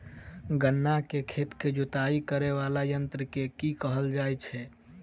गन्ना केँ खेत केँ जुताई करै वला यंत्र केँ की कहय छै?